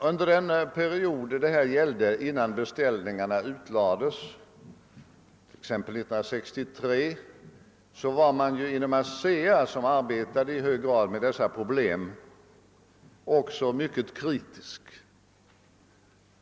Under den period det här gällde innan beställningarna utlades — t.ex. 1963 — var man ju inom ASEA, som i hög grad arbetade med dessa problem, också mycket kritisk.